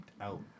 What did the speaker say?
out